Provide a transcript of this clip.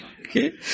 Okay